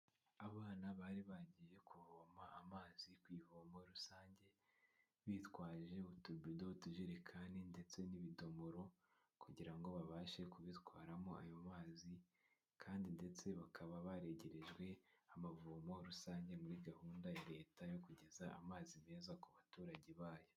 Abana bari bagiye kuvoma amazi ku ivomo rusange, bitwaje utobido, utujerekani ndetse n'ibidomoro, kugira ngo babashe kubitwaramo ayo mazi, kandi ndetse bakaba baregerejwe amavomo rusange, muri gahunda ya Leta yo kugeza amazi meza ku baturage bayo.